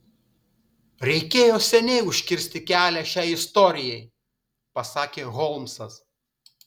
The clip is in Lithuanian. reikėjo seniai užkirsti kelią šiai istorijai pasakė holmsas